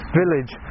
village